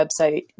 website